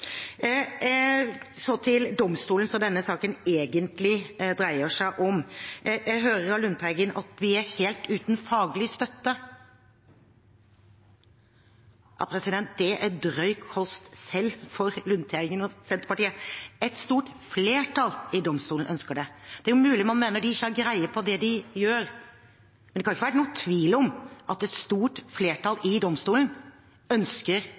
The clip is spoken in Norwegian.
Så til domstolene, som denne saken egentlig dreier seg om. Jeg hører av Lundteigen at vi er helt uten faglig støtte. Det er drøy kost, selv fra Lundteigen og Senterpartiet. Et stort flertall i domstolene ønsker dette. Det er mulig man mener de ikke har greie på det de gjør, men det kan ikke være noen tvil om at et stort flertall i domstolene ønsker